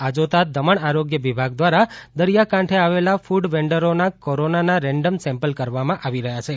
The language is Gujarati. આ જોતા દમણ આરોગ્ય વિભાગ દ્રારા દરિયા કાંઠે આવેલા ફડ વેન્ડરોના કોરોનાના રેંડમ સેમ્પલ લેવામાં આવી રહ્યા છે